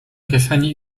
kieszeni